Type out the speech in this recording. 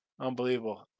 Unbelievable